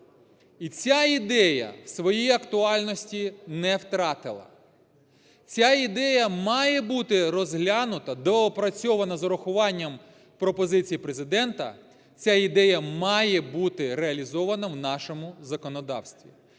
І ця ідея своєї актуальності не втратила, ця ідея має бути розглянута, доопрацьована з урахуванням пропозицій Президента, ця ідея має бути реалізована в нашому законодавстві.